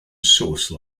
source